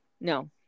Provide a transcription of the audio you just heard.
No